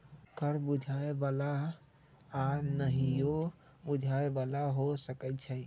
कर बुझाय बला आऽ नहियो बुझाय बला हो सकै छइ